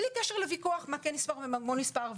בלי קשר לוויכוח מה כן נספר ומה לא נספר.